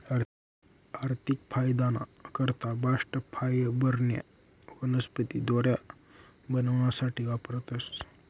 आर्थिक फायदाना करता बास्ट फायबरन्या वनस्पती दोऱ्या बनावासाठे वापरतास